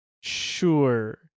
Sure